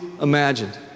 imagined